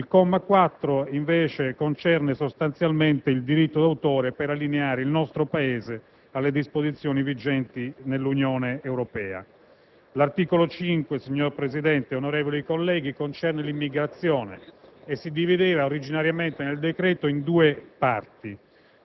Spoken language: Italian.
Il comma 4, infine, concerne il diritto d'autore per allineare il nostro Paese alle disposizioni vigenti nell'Unione Europea. L'articolo 5, signor Presidente, onorevoli colleghi, concerne l'immigrazione e si divideva, originariamente nel decreto, in due parti: